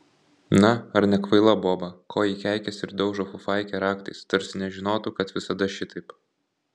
na ar nekvaila boba ko ji keikiasi ir daužo fufaikę raktais tarsi nežinotų kad visada šitaip